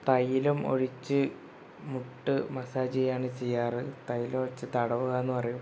തൈലം ഒഴിച്ച് മുട്ട് മസാജ് ചെയ്യാണ് ചെയ്യാറ് തൈലം ഒഴിച്ച് തടവുക എന്ന് പറയും